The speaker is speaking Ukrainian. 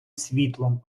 світлом